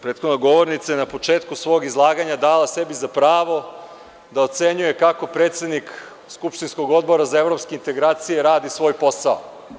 Prethodna govornica je na početku svog izlaganja dala sebi za pravo da ocenjuje kako predsednik skupštinskog Odbora za evropske integracije radi svoj posao.